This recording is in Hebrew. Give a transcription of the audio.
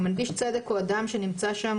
מנגיש צודק הוא אדם שנמצא שם,